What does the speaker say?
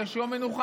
שיש יום מנוחה.